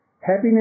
happiness